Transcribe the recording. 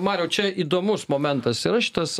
mariau čia įdomus momentas yra šitas